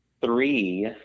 three